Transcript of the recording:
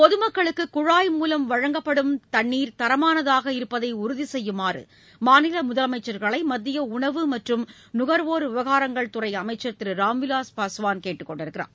பொதுமக்களுக்கு குழாய் மூலம் வழங்கப்படும் தண்ணீர் தரமானதாக இருப்பதை உறுதி செய்யுமாறு மாநில முதலமைச்சர்களை மத்திய உணவு மற்றும் நுகர்வோர் விவகாரங்கள் துறை அமைச்சர் திரு ராம்விலாஸ் பாஸ்வான் கேட்டுக் கொண்டுள்ளார்